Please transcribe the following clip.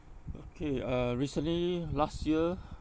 okay uh recently last year